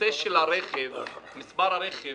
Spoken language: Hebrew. הנושא של מספר הרכב